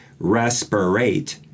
Respirate